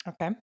Okay